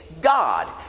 God